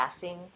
passing